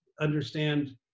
understand